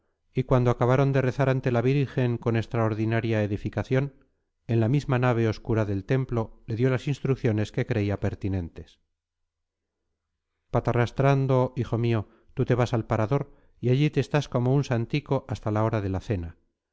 y cuando acabaron de rezar ante la imagen con extraordinaria edificación en la misma nave obscura del templo le dio las instrucciones que creía pertinentes patarrastrando hijo mío tú te vas al parador y allí te estás como un santico hasta la hora de la cena